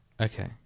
Okay